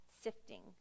sifting